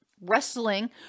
wrestling